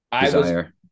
desire